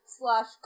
slash